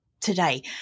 today